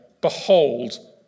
behold